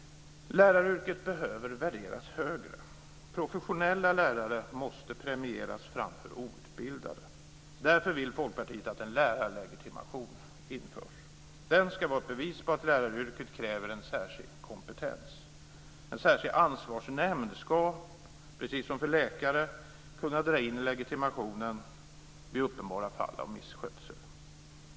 Läraryrket behöver värderas högre. Professionella lärare måste premieras framför outbildade. Därför vill Folkpartiet att en lärarlegitimation ska införas. Den ska vara ett bevis på att läraryrket kräver en särskild kompetens. En särskild ansvarsnämnd ska, precis som för läkare, kunna dra in legitimationen vid uppenbara fall av misskötsel.